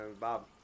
Bob